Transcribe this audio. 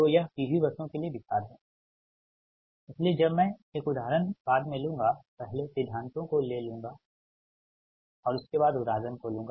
तो यह PV बसों के लिए विचार है इसलिए जब मैं एक उदाहरण बाद में लूँगा पहले सिद्धांतों को ले लूँगा और उसके बाद उदाहरण को लूँगा